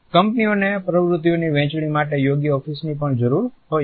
કંપનીઓને પ્રવૃત્તિઓની વહેંચણી માટે યોગ્ય ઓફિસની પણ જરૂર હોય છે